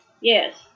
yes